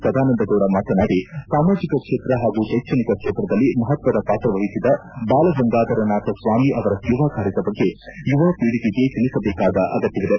ಸದಾನಂದ ಗೌಡ ಮಾತನಾಡಿ ಸಾಮಾಜಿಕ ಕ್ಷೇತ್ರ ಹಾಗೂ ಶೈಕ್ಷಣಿಕ ಕ್ಷೇತ್ರದಲ್ಲಿ ಮಹತ್ವದ ಪಾತ್ರವಹಿಸಿದ ಬಾಲಗಂಗಾಧರನಾಥ ಸ್ವಾಮಿ ಅವರ ಸೇವಾ ಕಾರ್ಯದ ಬಗ್ಗೆ ಯುವ ಖೀಳಿಗೆಗೆ ತಿಳಿಸಬೇಕಾದ ಅಗತ್ಯವಿದೆ